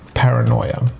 paranoia